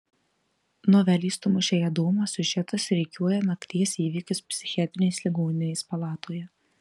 novelės tu mušei adomą siužetas rikiuoja nakties įvykius psichiatrinės ligoninės palatoje